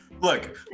look